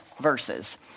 verses